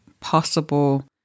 possible